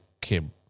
Kim